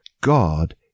God